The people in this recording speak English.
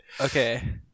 okay